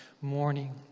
morning